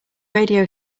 radio